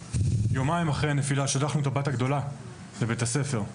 יומיים אחרי הנפילה שלחנו את הבת הגדולה לבית הספר,